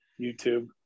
youtube